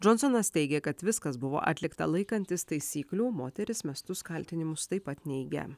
džonsonas teigia kad viskas buvo atlikta laikantis taisyklių moteris mestus kaltinimus taip pat neigia